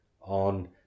on